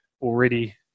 already